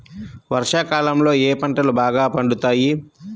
వర్షాకాలంలో ఏ పంటలు బాగా పండుతాయి?